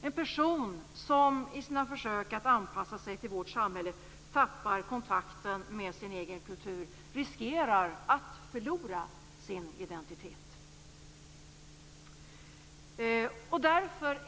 En person som i sina försök att anpassa sig till vårt samhälle tappar kontakten med sin egen kultur riskerar att förlora sin identitet.